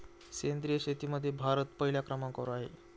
सेंद्रिय शेतीमध्ये भारत पहिल्या क्रमांकावर आहे